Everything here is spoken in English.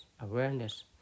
awareness